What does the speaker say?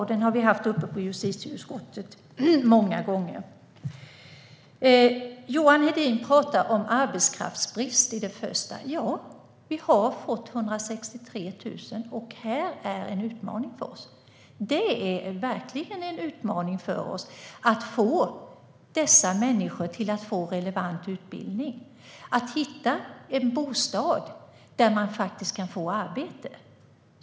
Det är en fråga som vi har haft uppe i justitieutskottet många gånger. Johan Hedin pratar om arbetskraftsbrist. Ja, vi har tagit emot 163 000 flyktingar, och det är verkligen en utmaning för oss att dessa människor ska få en relevant utbildning och att hitta bostäder där man faktiskt kan få arbete.